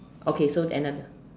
okay so another